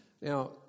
Now